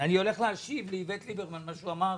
אני הולך להשיב לאיווט ליברמן על מה שהוא אמר